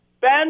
Ben